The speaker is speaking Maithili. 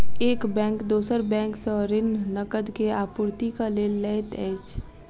एक बैंक दोसर बैंक सॅ ऋण, नकद के आपूर्तिक लेल लैत अछि